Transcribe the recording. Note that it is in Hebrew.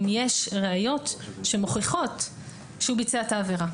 יש ראיות שמוכיחות שהוא ביצע את העבירה,